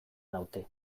naute